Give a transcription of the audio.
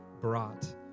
brought